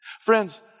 Friends